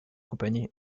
company